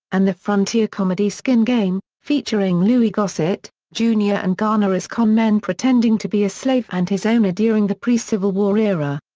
and the frontier comedy skin game, featuring louis gossett, jr. and garner as con men pretending to be a slave and his owner during the pre-civil war era.